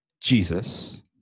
Jesus